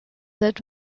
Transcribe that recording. that